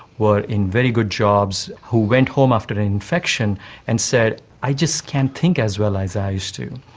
where in very good jobs, who went home after an infection and said, i just can't think as well as i used to.